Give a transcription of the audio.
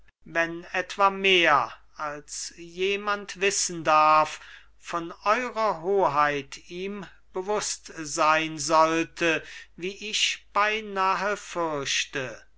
wenn etwa mehr als jemand wissen darf von eurer hoheit ihm bewußt sein sollte wie ich beinahe